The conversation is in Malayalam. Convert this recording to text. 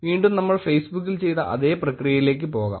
വീണ്ടും നമ്മൾ ഫേസ്ബുക്കിൽ ചെയ്ത അതേ പ്രക്രിയയിലേക്ക് പോകാം